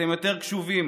אתם יותר קשובים